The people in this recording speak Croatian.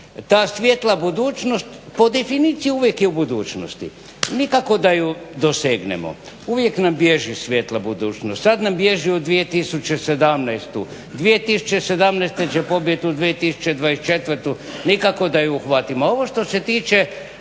ta svijetla budućnost po definiciji uvijek je u budućnosti, nikako da ju dosegnemo, uvijek nam bježi svijetla budućnost. Sad nam bježi u 2017., 2017. će pobjeći u 2024., nikako da ju uhvatimo.